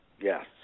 Yes